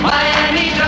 Miami